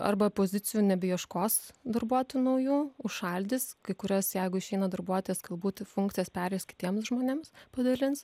arba pozicijų nebeieškos darbuotojų naujų užšaldys kai kurias jeigu išeina darbuotis galbūt į funkcijas pereis kitiems žmonėms padalins